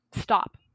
stop